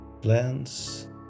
plants